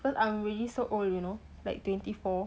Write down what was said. because I'm really so old you know like twenty four